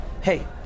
hey